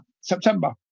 September